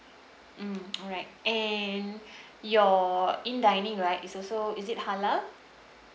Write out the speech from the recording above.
mm alright and your in dining right is also is it halal